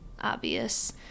obvious